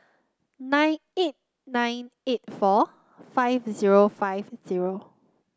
nine eight nine eight four five zero five zero